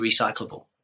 recyclable